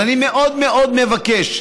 אז אני מאוד מאוד מבקש,